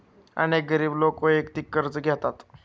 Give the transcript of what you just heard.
अनेक गरीब लोक वैयक्तिक कर्ज घेतात